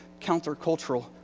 countercultural